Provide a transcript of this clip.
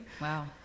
Wow